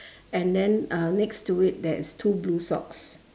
and then uh next to it there's two blue socks